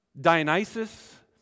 Dionysus